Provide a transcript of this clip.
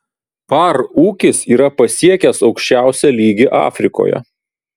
par ūkis yra pasiekęs aukščiausią lygį afrikoje